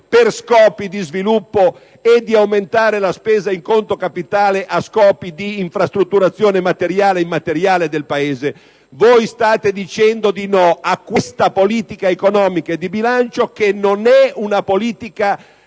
per scopi di sviluppo, e di aumentare la spesa in conto capitale, a scopi di infrastrutturazione materiale e immateriale del Paese? Voi state dicendo di no a questa politica economica e di bilancio, che non è una politica